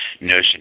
notion